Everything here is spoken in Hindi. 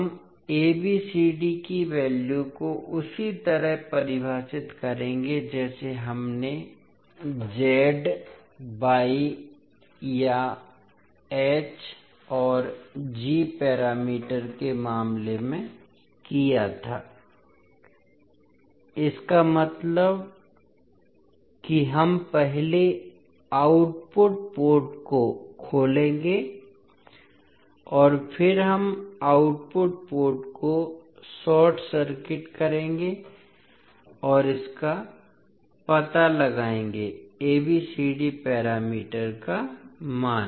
हम ABCD की वैल्यू को उसी तरह परिभाषित करेंगे जैसे हमने z y या h और g पैरामीटर के मामले में किया था इसका मतलब है कि हम पहले आउटपुट पोर्ट को खोलेंगे और फिर हम आउटपुट पोर्ट को शॉर्ट सर्किट करेंगे और इसका पता लगाएंगे ABCD पैरामीटर का मान